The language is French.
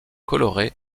coloré